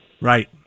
Right